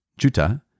Juta